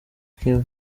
kim